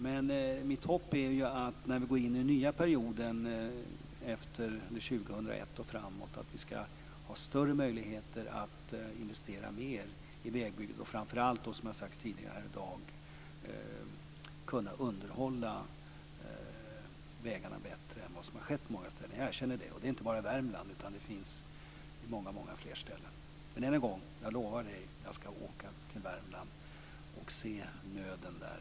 Men mitt hopp är att när vi går in i den nya perioden efter år 2001 och framåt skall vi ha större möjligheter att investera mer i vägbyggen. Framför allt hoppas jag, som jag har sagt tidigare i dag, att vi skall kunna underhålla vägarna bättre än vad som har skett på många ställen. Jag erkänner att det har varit dåligt med det. Och det gäller inte bara Värmland, utan många fler ställen också. Men än en gång lovar jag att jag skall åka till Värmland och se nöden där.